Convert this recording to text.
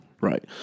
Right